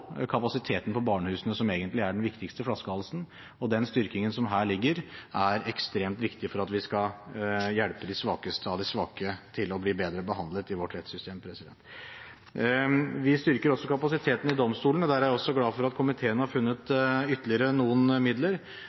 ekstremt viktig for at vi skal hjelpe de svakeste av de svake til å bli bedre behandlet i vårt rettssystem. Vi styrker også kapasiteten i domstolene – der er jeg glad for at komiteen har funnet ytterligere noen midler.